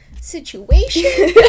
situation